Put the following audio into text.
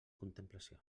contemplació